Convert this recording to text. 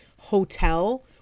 hotel